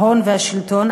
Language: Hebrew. ההון והשלטון,